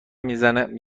میزنه